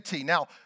now